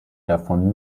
davon